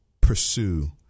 pursue